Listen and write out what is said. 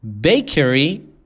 Bakery